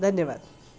धन्यवाद